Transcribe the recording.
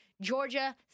Georgia